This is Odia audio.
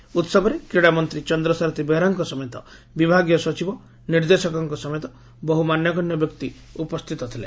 ଏହି ଉହବରେ କ୍ରୀଡ଼ାମନ୍ତୀ ଚନ୍ଦ୍ରସାରଥି ବେହେରାଙ୍କ ସମେତ ବିଭାଗୀୟ ସଚିବ ନିର୍ଦ୍ଦେଶକଙ୍କ ସମେତ ବହୁ ମାନ୍ୟଗଣ୍ୟ ବ୍ୟକ୍ତି ଉପସ୍ତିତ ଥିଲେ